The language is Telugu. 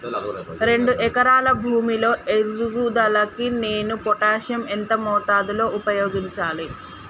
రెండు ఎకరాల భూమి లో ఎదుగుదలకి నేను పొటాషియం ఎంత మోతాదు లో ఉపయోగించాలి?